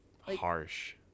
Harsh